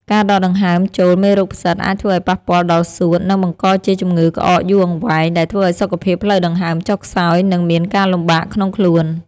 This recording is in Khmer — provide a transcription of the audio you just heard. ការដកដង្ហើមចូលមេរោគផ្សិតអាចធ្វើឱ្យប៉ះពាល់ដល់សួត និង បង្កជាជំងឺក្អកយូរអង្វែងដែលធ្វើឱ្យសុខភាពផ្លូវដង្ហើមចុះខ្សោយ និង មានការលំបាកក្នុងខ្លួន។